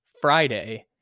Friday